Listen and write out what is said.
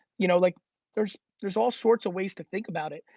you know like there's there's all sorts of ways to think about it.